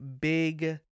big